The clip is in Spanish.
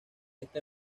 este